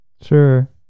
Sure